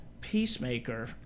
Peacemaker